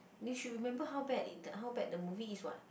you should remember how bad it how bad the movie is [what]